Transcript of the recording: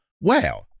wow